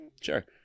sure